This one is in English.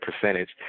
percentage